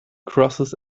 crosses